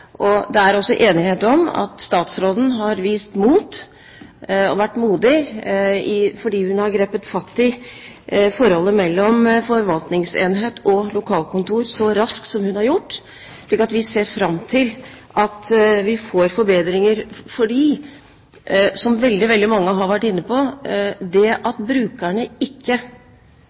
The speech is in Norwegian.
framover. Det er også enighet om at statsråden har vist mot, fordi hun har grepet fatt i forholdet mellom forvaltningsenhet og lokalkontor så raskt som hun har gjort, slik at vi kan se fram til at vi får forbedringer. For, som veldig, veldig mange har vært inne på, det at brukerne